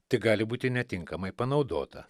tik gali būti netinkamai panaudota